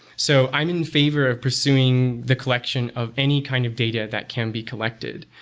so i'm in favor of pursuing the collection of any kind of data that can be collected.